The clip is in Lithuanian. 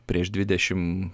prieš dvidešim